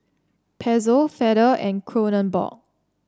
Pezzo Feather and Kronenbourg